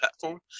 platform